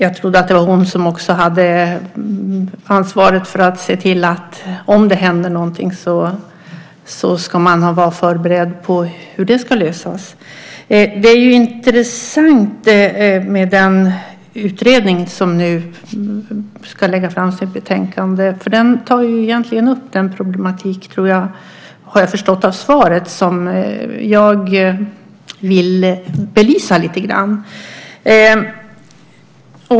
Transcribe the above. Jag trodde att det var hon som också hade ansvaret för att om det händer någonting se till att man ska vara förberedd på hur det ska lösas. Det är intressant med den utredning som nu ska lägga fram sitt betänkande. Den tar egentligen upp den problematik, har jag förstått av svaret, som jag vill belysa lite grann.